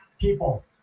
People